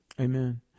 Amen